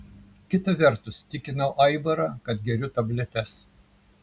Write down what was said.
kita vertus tikinau aivarą kad geriu tabletes